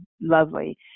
lovely